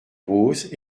rose